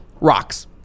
Rocks